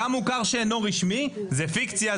גם מוכר שאינו רשמי זה פיקציה,